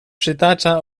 przytacza